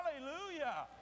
Hallelujah